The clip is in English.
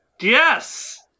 Yes